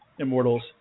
Immortals